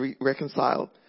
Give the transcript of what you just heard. reconciled